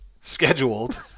scheduled